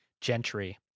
gentry